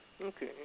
Okay